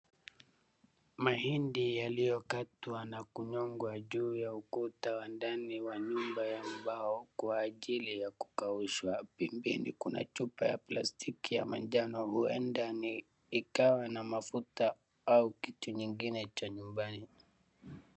Mahindi yaliyokatwa na kunyongwa juu ya ukuta wa ndani ya nyumba ya mbao kwa ajili ya kukaushwa. Pembeni kuna chupa ya plastiki ya manjano huenda ni ikawa na mafuta au kitu nyingine cha nyumbani.